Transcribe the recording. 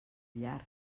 llarg